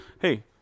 hey